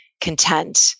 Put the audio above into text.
content